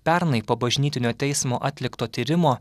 pernai po bažnytinio teismo atlikto tyrimo